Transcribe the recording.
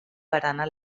barana